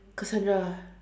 Cassandra